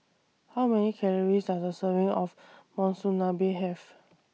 How Many Calories Does A Serving of Monsunabe Have